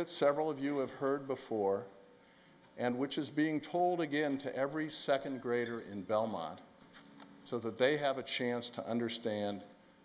that several of you have heard before and which is being told again to every second grader in belmont so that they have a chance to understand